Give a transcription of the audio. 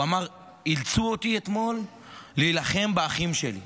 הוא אמר: אילצו אותי אתמול להילחם באחים שלי,